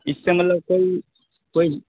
اس سے مطلب کوئی کوئی